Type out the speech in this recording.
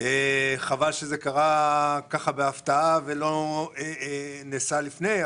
חבל שזה קרה בהפתעה ולא נעשה לפני כן,